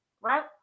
right